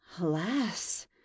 Alas